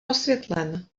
osvětlen